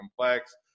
complex